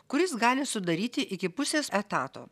kuris gali sudaryti iki pusės etato